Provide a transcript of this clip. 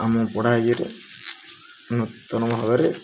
ଆମ ପଢ଼ା ଇଏରେ ନୂତନ ଭାବରେ